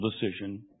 decision